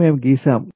మేము గీసాము